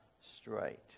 straight